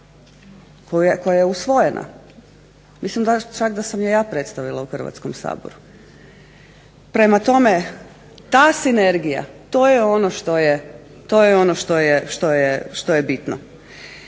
koja je usvojena, mislim čak da sam ju ja predstavila u Hrvatskom saboru. Prema tome, ta sinergija to je ono što je bitno